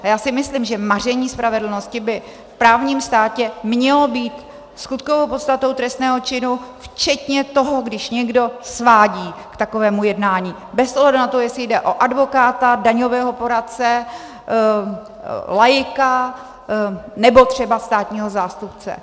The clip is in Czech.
Já si myslím, že maření spravedlnosti by v právním státě mělo být skutkovou podstatou trestného činu včetně toho, když někdo svádí k takovému jednání, bez ohledu na to, jestli jde o advokáta, daňového poradce, laika nebo třeba státního zástupce.